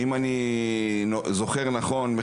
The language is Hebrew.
אם אני זוכר נכון,